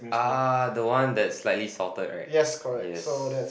ah the one that is slightly salted right yes